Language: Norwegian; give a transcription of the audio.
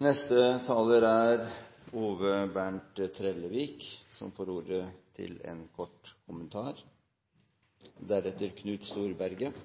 Representanten Ove Bernt Trellevik har hatt ordet to ganger tidligere i debatten og får ordet til en kort